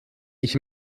ich